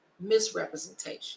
misrepresentation